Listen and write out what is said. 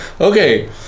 okay